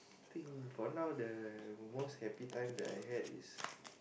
think for now the most happy time that I had is